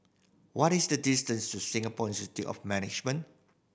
what is the distance to Singapore Institute of Management